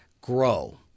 grow